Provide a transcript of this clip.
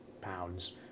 pounds